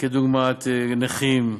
כדוגמת נכים,